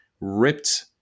ripped